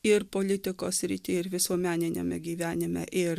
ir politikos srity ir visuomeniniame gyvenime ir